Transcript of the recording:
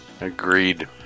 Agreed